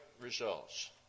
results